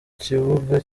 kibuga